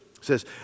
says